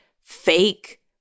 fake